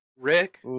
Rick